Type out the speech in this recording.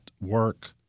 work